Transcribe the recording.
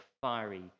fiery